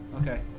Okay